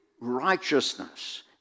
righteousness